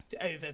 over